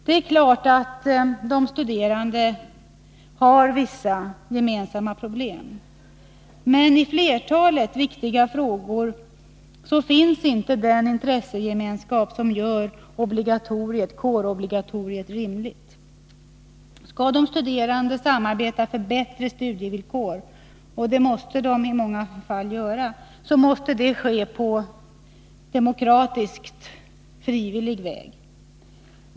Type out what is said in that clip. Det är klart att de studerande har vissa gemensamma problem. Men i flertalet viktiga frågor finns inte den intressegemenskap som gör kårobligatoriet rimligt. Skall de studerande samarbeta för bättre studievillkor — och det måste de i många fall göra — måste det ske på demokratisk, frivillig väg.